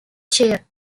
chair